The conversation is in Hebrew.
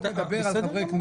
אתה מדבר על חברי כנסת?